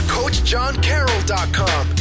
coachjohncarroll.com